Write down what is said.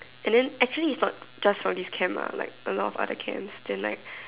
and then actually is not just for this camp lah like a lot of other camps then like